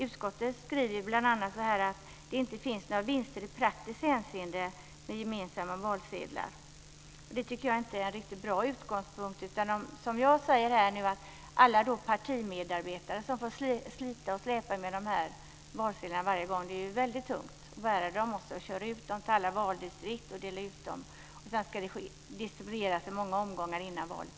Utskottet skriver bl.a. att det inte finns några vinster i praktiskt hänseende med gemensamma valsedlar. Det tycker jag inte är en riktigt bra utgångspunkt. Jag säger att som det nu är får alla partimedarbetare slita och släpa med dessa valsedlar varje gång. Det är väldigt tungt att bära dem, köra ut dem till alla valdistrikt och dela ut dem. Sedan ska de också distribueras i många omgångar före valet.